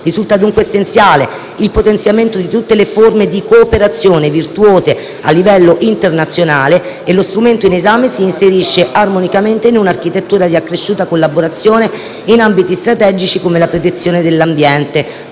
Risulta, dunque, essenziale il potenziamento di tutte le forme di cooperazione virtuose a livello internazionale e, lo strumento in esame, si inserisce armonicamente in una architettura di accresciuta collaborazione in ambiti strategici come la protezione dell'ambiente.